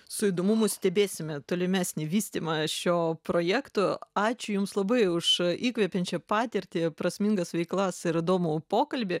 su įdomumu stebėsime tolimesnį vystymą šio projekto ačiū jums labai už įkvepiančią patirtį prasmingas veiklas ir įdomų pokalbį